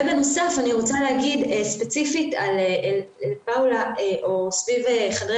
בנוסף אני רוצה לומר ספציפית לגבי חדרי